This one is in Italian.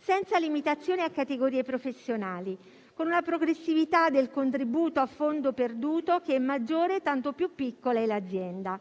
senza limitazioni a categorie professionali, con una progressività del contributo a fondo perduto che è maggiore tanto più piccola è l'azienda,